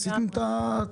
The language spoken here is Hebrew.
עשיתם את החיבור הזה?